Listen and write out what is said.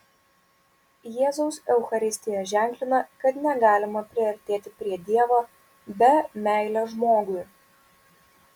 jėzaus eucharistija ženklina kad negalima priartėti prie dievo be meilės žmogui